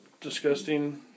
disgusting